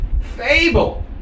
Fable